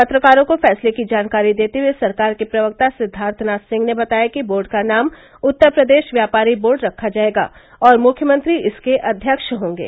पत्रकारों को फैसले की जानकारी देते हए सरकार के प्रवक्ता सिद्वार्थ नाथ सिंह ने बताया कि बोर्ड का नाम उत्तर प्रदेश व्यापारी बोर्ड रखा जायेगा और मुख्यमंत्री इसके अध्यक्ष होंगे